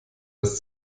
das